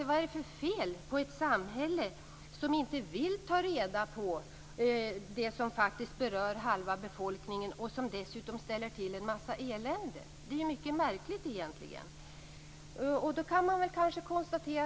Vad är det för fel på ett samhälle som inte vill ta reda på det som faktiskt berör halva befolkningen och som dessutom ställer till en mängd elände? Det är märkligt.